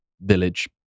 village